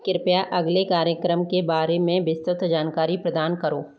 कृपया अगले कार्यक्रम के बारे में विस्तृत जानकारी प्रदान करो